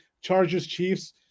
Chargers-Chiefs